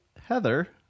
heather